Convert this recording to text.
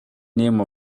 name